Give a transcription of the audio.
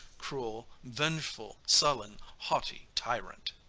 cruel, revengeful, sullen, haughty tyrant.